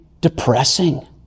depressing